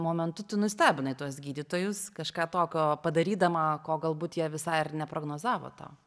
momentu tu nustebinai tuos gydytojus kažką tokio padarydama ko galbūt jie visai ir neprognozavo tau